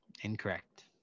Incorrect